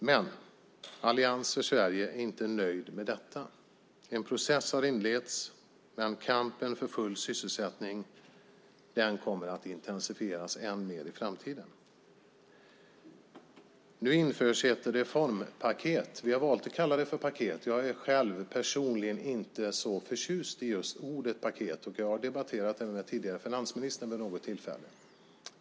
Men Allians för Sverige är inte nöjd med detta. En process har inletts, men kampen för full sysselsättning kommer att intensifieras än mer i framtiden. Nu införs ett reformpaket. Vi har valt att kalla det för paket. Jag är själv, personligen, inte så förtjust i just ordet paket. Jag har debatterat det här med den tidigare finansministern vid något tillfälle.